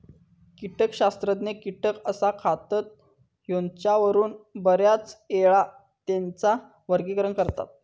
कीटकशास्त्रज्ञ कीटक कसा खातत ह्येच्यावरून बऱ्याचयेळा त्येंचा वर्गीकरण करतत